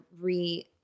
re